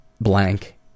blank